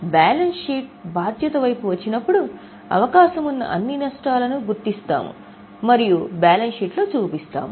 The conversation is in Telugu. బ్యాలెన్స్ షీట్ బాధ్యత వైపు వచ్చినప్పుడు అవకాశమున్న అన్ని నష్టాలను గుర్తిస్తాము మరియు బ్యాలెన్స్ షీట్ లో చూపిస్తాము